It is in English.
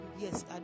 yes